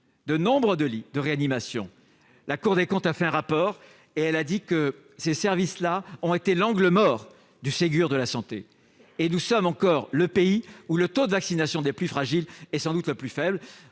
le nombre de lits de réanimation. La Cour des comptes a écrit que ces services ont été l'angle mort du Ségur de la santé. Enfin, nous sommes encore le pays où le taux de vaccination des plus fragiles est le plus faible.